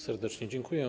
Serdecznie dziękuję.